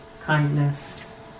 kindness